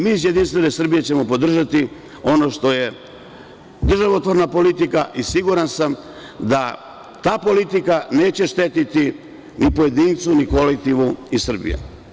Mi iz JS ćemo podržati ono što je državotvorna politika i siguran sam da ta politika neće štetiti ni pojedincu, ni kolektivu, ni Srbiji.